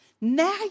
Now